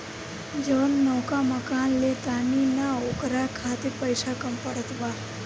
जवन नवका मकान ले तानी न ओकरा खातिर पइसा कम पड़त बा